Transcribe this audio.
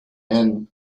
and